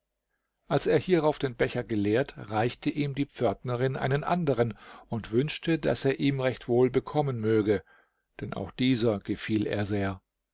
als er hierauf den becher geleert reichte ihm die pförtnerin einen anderen und wünschte daß er ihm recht wohl bekommen möge denn auch dieser gefiel er sehr